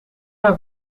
naar